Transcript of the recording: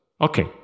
Okay